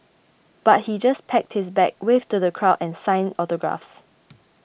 but he just packed his bag waved to the crowd and signed autographs